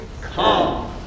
come